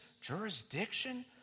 jurisdiction